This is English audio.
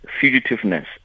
fugitiveness